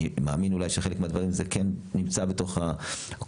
אני מאמין אולי שחלק מהדברים זה כן נמצא בתוך הקופה,